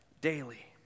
daily